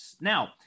Now